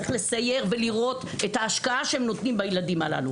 צריך לסייר ולראות את ההשקעה שהם נותנים בילדים הללו.